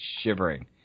shivering